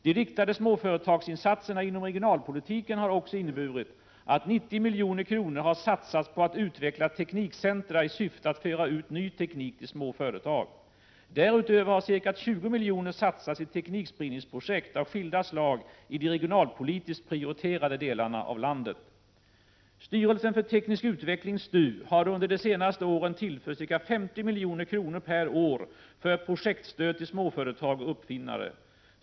De riktade småföretagsinsatserna inom regionalpolitiken har också inneburit att 90 milj.kr. har satsats på att utveckla teknikcentra i syfte att föra ut ny teknik till småföretagen. Därutöver har ca 20 milj.kr. satsats i teknikspridningsprojekt av skilda slag i de regionalpolitiskt prioriterade delarna av landet. Styrelsen för teknisk utveckling har under de senaste åren tillförts ca 50 milj.kr. per år för projektstöd till småföretag och uppfinnare.